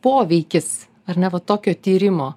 poveikis ar ne va tokio tyrimo